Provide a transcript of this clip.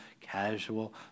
casual